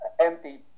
empty